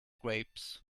grapes